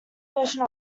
version